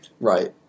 right